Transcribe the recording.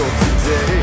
today